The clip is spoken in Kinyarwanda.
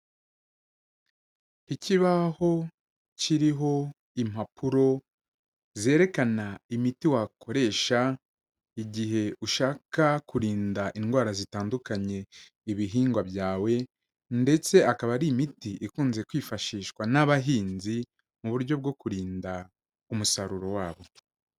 Ikibaho kiriho impapuro zerekana imiti wakoresha igihe ushaka kurinda indwara zitandukanye ibihingwa byawe ndetse akaba ari imiti ikunze kwifashishwa n'abahinzi, mu buryo bwo kurinda umusaruro wabo.